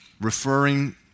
referring